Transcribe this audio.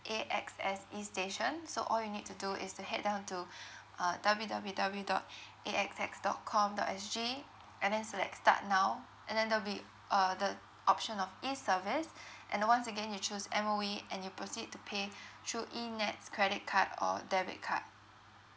A_X_S E station so all you need to do is to head down to uh W W W dot A X S dot com dot S G and then select start now and then there'll be uh the option of E service and then once again you choose M_O_E and you proceed to pay through eNETS credit card or debit card